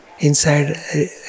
inside